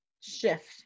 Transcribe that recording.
Shift